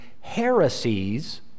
heresies